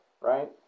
right